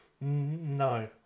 no